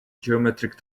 geometric